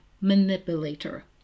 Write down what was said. manipulator